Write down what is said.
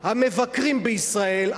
המבקרים בישראל,